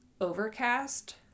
Overcast